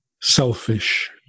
selfish